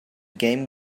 game